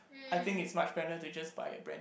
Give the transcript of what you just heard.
I think it's much better to just buy a brand new